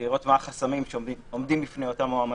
לראות מה החסמים שעומדים בפני אותם מועמדים.